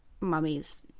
mummies